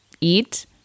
eat